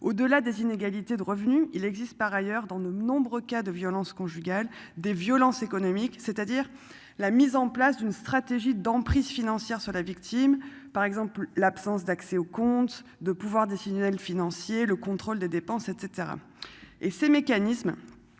au delà des inégalités de revenus. Il existe par ailleurs dans ne nombreux cas de violences conjugales, des violences économiques, c'est-à-dire la mise en place d'une stratégie d'emprise financière sur la victime par exemple l'absence d'accès au compte de pouvoir décisionnel financier le contrôle des dépenses et cetera. Et ses mécanismes.